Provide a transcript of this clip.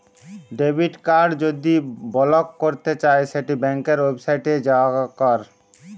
debit card যদি block ক্যরতে চাই সেট ব্যাংকের ওয়েবসাইটে যাঁয়ে ক্যর